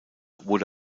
wurde